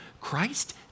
Christ